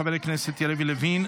חבר הכנסת יריב לוין,